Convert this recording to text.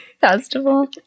festival